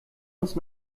uns